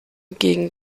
gegen